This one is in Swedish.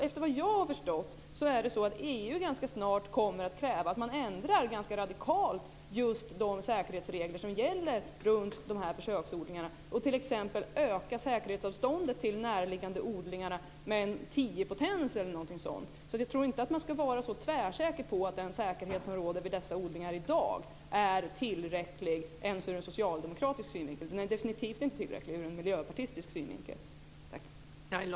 Efter vad jag har förstått kommer EU ganska snart att kräva att man ganska radikalt ändrar de säkerhetsregler som gäller just dessa försöksodlingar och t.ex. ökar säkerhetsavståndet till näraliggande odlingar med en tiopotens eller något liknande. Jag tror inte att man ska vara så tvärsäker på att den säkerhet som i dag råder kring dessa odlingar är tillräcklig ens ur en socialdemokratisk synvinkel. Den är definitivt inte tillräcklig ur en miljöpartistisk synvinkel.